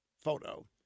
photo